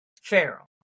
Pharaoh